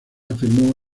afirmó